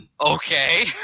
Okay